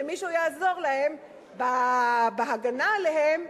שמישהו יעזור להם בהגנה עליהם.